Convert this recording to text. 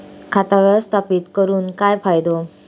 खाता व्यवस्थापित करून काय फायदो?